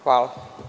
Hvala.